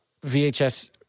VHS